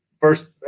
first